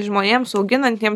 žmonėms auginantiems